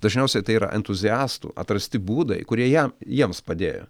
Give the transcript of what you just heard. dažniausiai tai yra entuziastų atrasti būdai kurie jam jiems padėjo